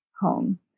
home